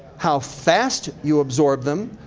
how fast you absorb them,